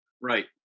Right